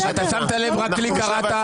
אתה שמת לב שרק לי קראת?